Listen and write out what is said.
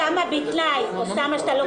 מביאים לכם.